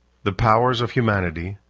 the powers of humanity,